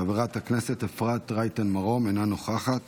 חברת הכנסת אפרת רייטן מרום, אינה נוכחת.